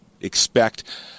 expect